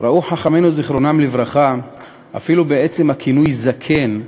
ראו חז"ל אפילו בעצם הכינוי "זקן"